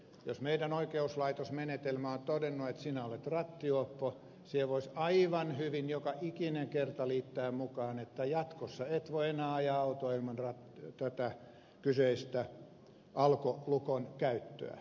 jos meidän oikeuslaitosmenetelmä on todennut että sinä olet rattijuoppo siihen voisi aivan hyvin joka ikinen kerta liittää mukaan että jatkossa et voi enää ajaa autoa ilman tämän kyseisen alkolukon käyttöä